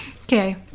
okay